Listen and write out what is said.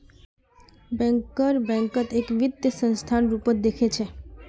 banker बैंकक एक वित्तीय संस्थार रूपत देखअ छ